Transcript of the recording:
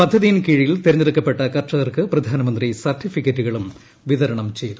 പദ്ധതിയിൻകീഴിൽ തെരഞ്ഞടുക്കപ്പെട്ട കർഷകർക്ക് പ്രധാനമന്ത്രി സർട്ടിഫിക്കറ്റുകളും വിതരണം ചെയ്തു